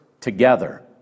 together